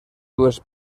dues